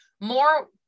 more